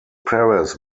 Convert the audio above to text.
perez